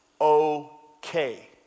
okay